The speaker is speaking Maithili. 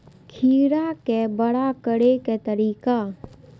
खीरा के बड़ा करे के तरीका?